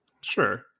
Sure